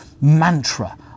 mantra